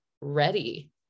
ready